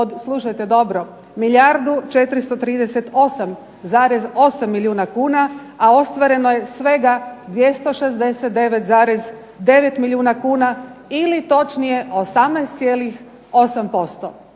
milijardu 438,8 milijuna kuna, a ostvareno je svega 269,9 milijuna kuna ili točnije 18,8%.